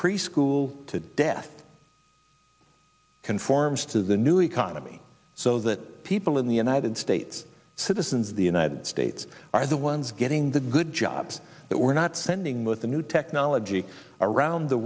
preschool to death conforms to the new economy so that people in the united states citizens of the united states are the ones getting the good jobs that we're not sending with the new technology around the